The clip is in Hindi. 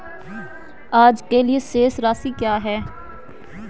आज के लिए शेष राशि क्या है?